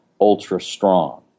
ultra-strong